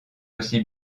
aussi